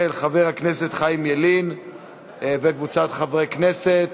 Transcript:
של חבר הכנסת חיים ילין וקבוצת חברי הכנסת.